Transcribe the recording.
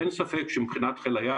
אין ספק שמבחינת חיל הים,